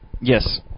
Yes